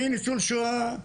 אני ניצול שואה,